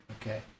okay